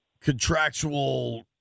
contractual